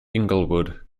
inglewood